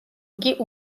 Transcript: იგი